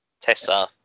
tessa